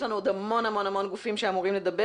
יש לנו עוד המון גופים שאמורים לדבר